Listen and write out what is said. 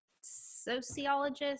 sociologist